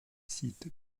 sites